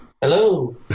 Hello